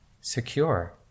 secure